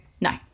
no